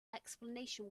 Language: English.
explanation